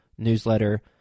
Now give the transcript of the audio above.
newsletter